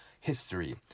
history